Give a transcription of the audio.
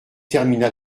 termina